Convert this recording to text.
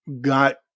got